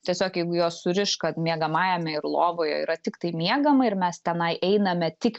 tiesiog jeigu juos suriš kad miegamajame ir lovoje yra tiktai miegama ir mes tenai einame tik